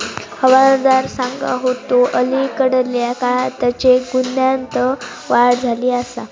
हवालदार सांगा होतो, अलीकडल्या काळात चेक गुन्ह्यांत वाढ झाली आसा